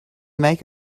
make